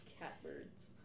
Catbirds